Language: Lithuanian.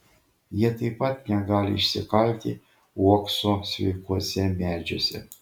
jie taip pat negali išsikalti uokso sveikuose medžiuose